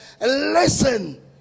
listen